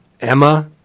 Emma